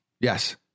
yes